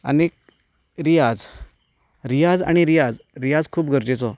आनीक रियाज रियाज आनी रियाज रियाज खूब गरजेचो